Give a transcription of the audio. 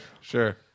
Sure